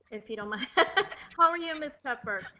if you don't mind how are you ms. cuthbert?